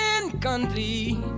incomplete